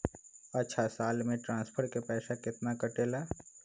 अछा साल मे ट्रांसफर के पैसा केतना कटेला?